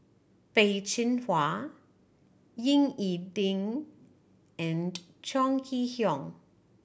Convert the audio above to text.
Peh Chin Hua Ying E Ding and Chong Kee Hiong